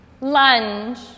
lunge